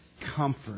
comfort